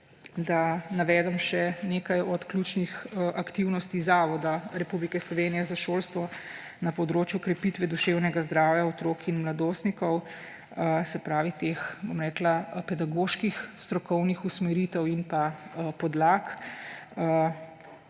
da navedem še nekaj ključnih aktivnosti Zavoda Republike Slovenije za šolstvo na področju krepitve duševnega zdravja otrok in mladostnikov; se pravi, teh pedagoških strokovnih usmeritev in podlag.